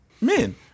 men